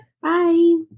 Bye